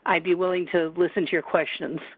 i'd be willing to listen to your questions